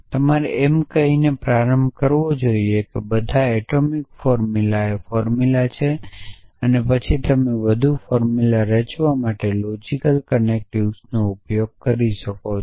તમારે એમ કહીને પ્રારંભ કરવો જોઈએ કે બધા એટોમિક ફોર્મુલા ફોર્મુલા છે અને પછી તમે વધુ ફોર્મુલા રચવા લોજિકલ કનેક્ટીવનો ઉપયોગ કરી શકો છો